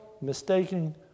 mistaking